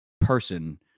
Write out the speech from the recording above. person